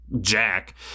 jack